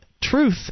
truth